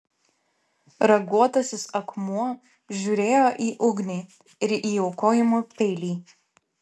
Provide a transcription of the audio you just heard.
raguotasis akmuo žiūrėjo į ugnį ir į aukojimo peilį